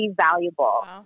valuable